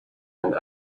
and